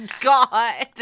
God